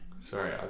Sorry